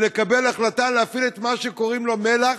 היא לקבל החלטה להפעיל את מה שקוראים לו מל"ח.